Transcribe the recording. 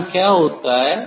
यहां क्या होता है